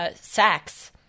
sex